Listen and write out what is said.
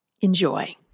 Enjoy